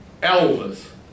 Elvis